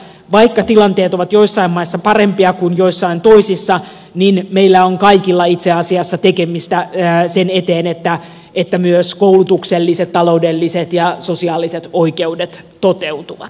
vaikka tilanteet ovat joissain maissa parempia kuin joissain toisissa niin meillä on kaikilla itse asiassa tekemistä sen eteen että myös koulutukselliset taloudelliset ja sosiaaliset oikeudet toteutuvat